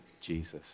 Jesus